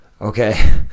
okay